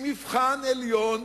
היא מבחן עליון